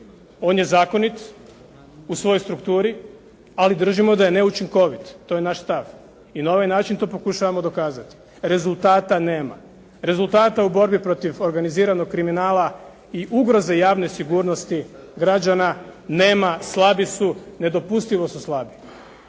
On je zakonit u svojoj strukturi, ali držimo da je neučinkovit. To je naš stav i na ovaj način to pokušavamo dokazati. Rezultata nema. Rezultata u borbi protiv organiziranog kriminala i ugroze javne sigurnosti građana nema. Slabi su, nedopustivo su slabi.